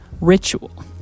ritual